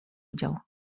udział